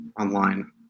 online